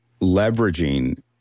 leveraging